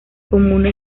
comuna